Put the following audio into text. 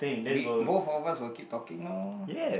wait both of us were keep talking lor